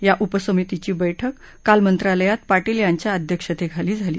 या उपसमितीची बैठक काल मंत्रालयात पाटील यांच्या अध्यक्षतेखाली झाली